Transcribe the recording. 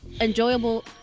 Enjoyable